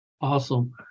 awesome